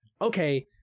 okay